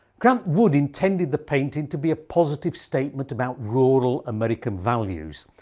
grant wood intended the painting to be a positive statement about rural american values.